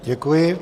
Děkuji.